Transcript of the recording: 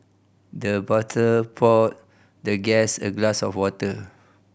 the butler poured the guest a glass of water